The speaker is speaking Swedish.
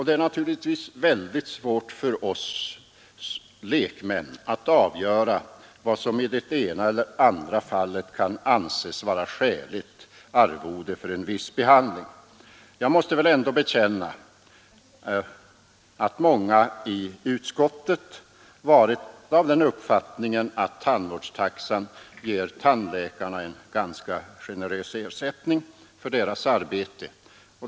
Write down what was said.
Det är naturligtvis väldigt svårt för oss lekmän att avgöra vad som i det ena eller andra fallet skall anses vara skäligt arvode för en viss behandling. Jag måste väl bekänna att många i utskottet varit av den uppfattningen att tandvårdstaxan ger tandläkarna en ganska generös ersättning för deras arbete.